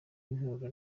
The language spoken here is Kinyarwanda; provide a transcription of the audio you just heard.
inturo